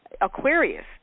Aquarius